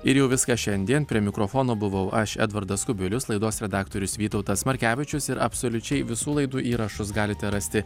ir jau viskas šiandien prie mikrofono buvau aš edvardas kubilius laidos redaktorius vytautas markevičius ir absoliučiai visų laidų įrašus galite rasti